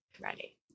Ready